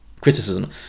Criticism